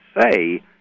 say